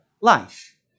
life